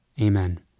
Amen